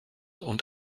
und